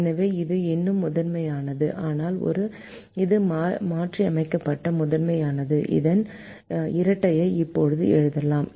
எனவே இது இன்னும் முதன்மையானது ஆனால் இது மாற்றியமைக்கப்பட்ட முதன்மையானது இதன் இரட்டையை இப்போது எழுதலாம்